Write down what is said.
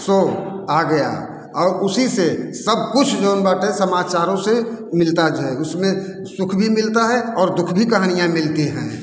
सो आ गया और उसी से सब कुछ जोन बाटे समाचारों से मिलताज है उसमें सुख भी मिलता है और दुख भी कहानियाँ मिलती हैं